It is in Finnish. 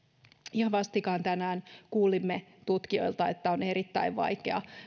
ihan vastikään tänään kuulimme tutkijoilta että on erittäin vaikeaa